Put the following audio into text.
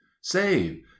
Save